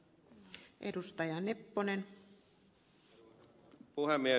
arvoisa puhemies